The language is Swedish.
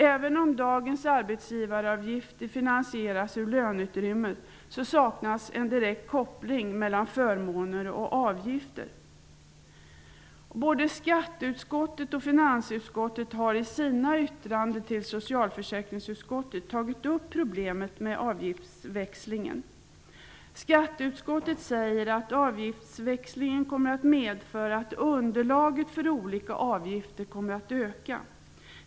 Även om dagens arbetsgivaravgifter finansieras ur löneutrymmet så saknas en direkt koppling mellan förmåner och avgifter. Både skatteutskottet och finansutskottet har i sina yttranden tagit upp problemet med avgiftsväxlingen. Skatteutskottet säger att avgiftsväxlingen kommer att medföra att underlaget för olika avgifter kommer att öka.